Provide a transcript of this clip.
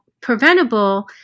preventable